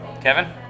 Kevin